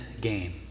game